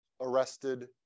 arrested